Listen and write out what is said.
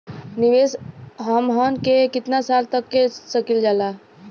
निवेश हमहन के कितना साल तक के सकीलाजा?